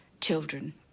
children